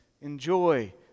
Enjoy